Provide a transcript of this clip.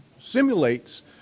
simulates